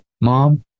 mom